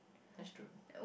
that's true